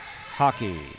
Hockey